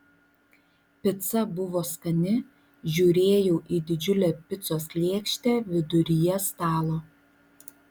pica buvo skani žiūrėjau į didžiulę picos lėkštę viduryje stalo